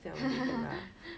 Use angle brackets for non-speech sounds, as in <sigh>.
<laughs>